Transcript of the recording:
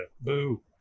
boo